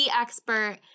expert